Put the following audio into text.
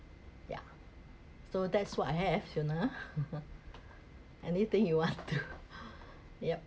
yeah so that's what I have fiona anything you want to yup